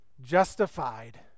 justified